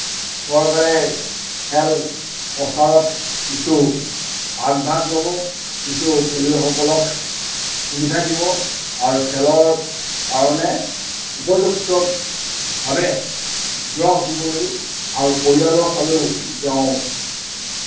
চৰকাৰে খেল প্ৰচাৰত কিছু আগভাগ ল'ব কিছু খেলুৱৈসকলক সুবিধা দিব আৰু খেলৰ কাৰণে উপযুক্তভাৱে গঢ় দিবলৈ আৰু পৰিয়ালৰ ফালেও তেওঁ